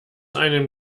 einem